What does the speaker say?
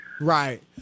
Right